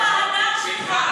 איפה ההדר שלך?